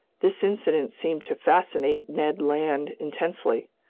this incident seemed to fascinate ned land intensely.